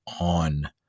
on